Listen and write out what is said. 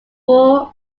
full